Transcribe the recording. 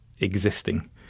existing